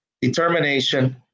determination